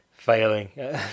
failing